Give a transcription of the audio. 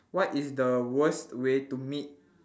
what is the worst way to meet